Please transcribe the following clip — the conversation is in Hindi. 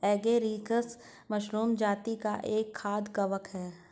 एगेरिकस मशरूम जाती का एक खाद्य कवक है